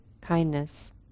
kindness